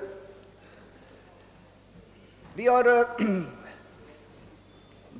När vi haft en överfull verksamhet har vi